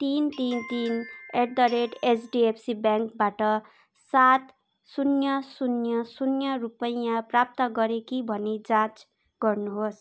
तिन तिन तिन at the rate H D F C ब्याङ्कबाट सात शून्य शून्य शून्य रुपैयाँ प्राप्त गरेँ कि भनी जाँच गर्नुहोस्